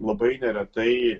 labai neretai